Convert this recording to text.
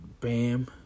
Bam